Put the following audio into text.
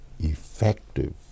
effective